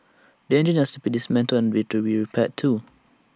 the engine has to be dismantled to be repaired too